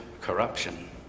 corruption